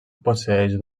posseeix